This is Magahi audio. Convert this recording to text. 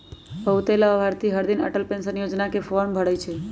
बहुते लाभार्थी हरदिन अटल पेंशन योजना के फॉर्म भरई छई